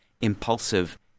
impulsive